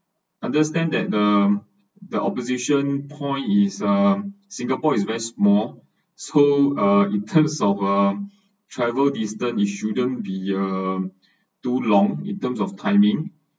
understand that the the opposition point is uh singapore is very small so uh in terms of um travel distance it shouldn't be uh too long in terms of timing